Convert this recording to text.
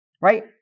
Right